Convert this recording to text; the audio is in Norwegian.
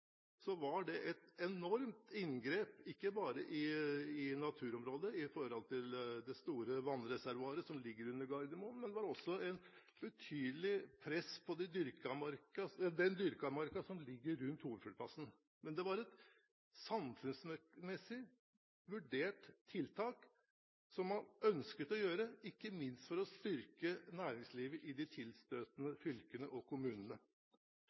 var det et enormt inngrep, ikke bare i naturområdet – med tanke på det store vannreservoaret som ligger under Gardermoen – men det var også et betydelig press på den dyrkede marka som ligger rundt hovedflyplassen. Men det var et samfunnsmessig vurdert tiltak som man ønsket å gjøre, ikke minst for å styrke næringslivet i de tilstøtende fylkene og kommunene.